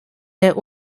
der